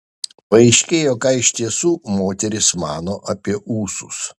paaiškėjo ką iš tiesų moterys mano apie ūsus